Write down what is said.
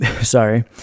Sorry